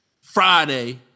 Friday